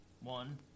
one